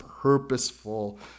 purposeful